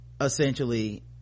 essentially